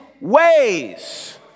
ways